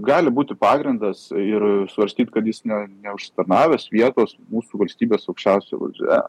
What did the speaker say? gali būti pagrindas ir svarstyt kad jis ne neužsitarnavęs vietos mūsų valstybės aukščiausioje valdžioje